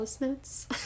notes